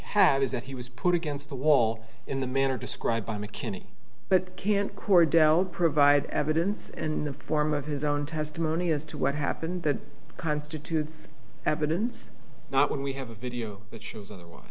have is that he was putting the wall in the manner described by mckinney but can't cordell provide evidence in the form of his own testimony as to what happened that constitutes evidence not when we have a video that shows otherwise